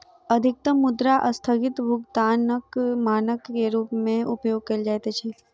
अधिकतम मुद्रा अस्थगित भुगतानक मानक के रूप में उपयोग कयल जाइत अछि